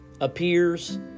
appears